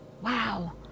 Wow